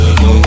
go